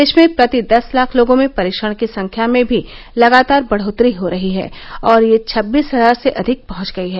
देश में प्रति दस लाख लोगों में परीक्षण की संख्या में भी लगातार बढ़ोतरी हो रही है और यह छबीस हजार से अधिक पहुंच गई है